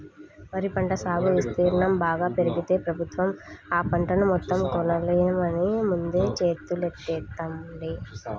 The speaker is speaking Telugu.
వరి పంట సాగు విస్తీర్ణం బాగా పెరిగితే ప్రభుత్వం ఆ పంటను మొత్తం కొనలేమని ముందే చేతులెత్తేత్తంది